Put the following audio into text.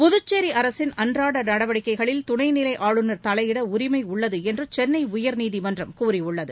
புதுச்சேரி அரசின் அன்றாட நடவடிக்கைகளில் துணை நிலை ஆளுநர் தலையிட உரிமை உள்ளது என்று சென்னை உயர்நீதிமன்றம் கூறியுள்ளது